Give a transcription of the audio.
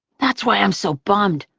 that's why i'm so bummed.